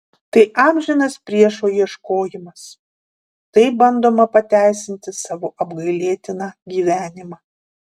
tai amžinas priešo ieškojimas taip bandoma pateisinti savo apgailėtiną gyvenimą